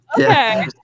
okay